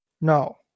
No